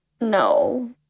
No